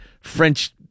French